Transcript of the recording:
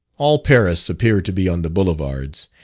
all paris appeared to be on the boulevards,